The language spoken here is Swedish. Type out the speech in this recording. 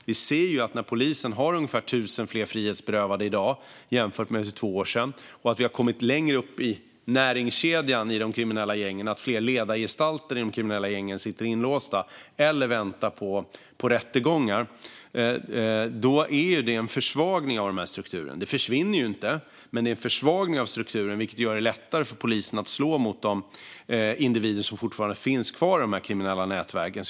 Vi ser att när polisen har ungefär 1 000 fler frihetsberövade i dag jämfört med för två år sedan och att vi har kommit längre upp i näringskedjan i de kriminella gängen - att fler ledargestalter i de kriminella gängen sitter inlåsta eller väntar på rättegångar - är det en försvagning av denna struktur. Den försvinner inte, men det är en försvagning av strukturen. Det gör det lättare för polisen att slå mot de individer som fortfarande finns kvar i dessa kriminella nätverk.